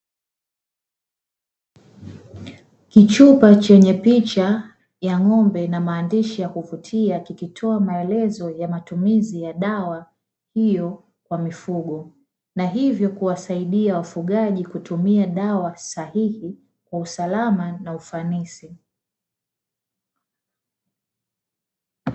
Kichupa chenye picha ya ng'ombe na maandishi ya kuvutia kikitoa maelezo ya matumizi ya dawa hiyo kwa mifugo. Na hivyo kuwasaidia wafugaji kutumia dawa sahihi kwa usalama na ufanisi.